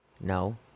No